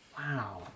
Wow